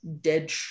dead